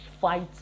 fight